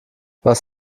was